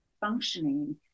functioning